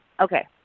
okay